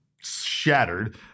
shattered